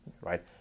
right